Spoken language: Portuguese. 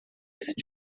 lista